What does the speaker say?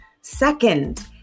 Second